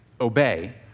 obey